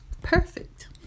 perfect